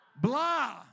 Blah